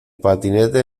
patinete